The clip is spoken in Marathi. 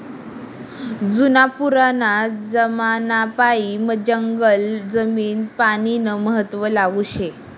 जुना पुराना जमानापायीन जंगल जमीन पानीनं महत्व लागू शे